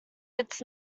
its